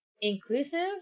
inclusive